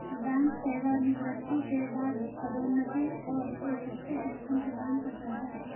bank सेवानिवृत्ति के बाद पदोन्नति और एक स्थिर पेंशन प्रदान करता है